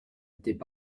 étaient